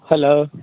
hello